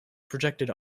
projected